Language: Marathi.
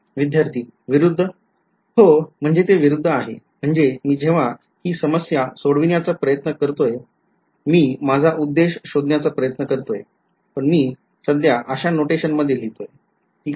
विध्यार्थीविरुद्ध हो म्हणजे ते विरुद्ध आहे म्हणजे मी जेव्हा हि समस्या सोडविण्याचा प्रयत्न करतोय मी माझा उद्देश शोधण्याचा प्रयत्न करतोय पण मी सध्या अशा नोटेशन मध्ये लिहितोय ठीक आहे